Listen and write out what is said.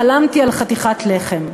שש שנים חלמתי על חתיכת לחם.